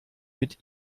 mit